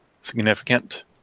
significant